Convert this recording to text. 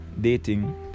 dating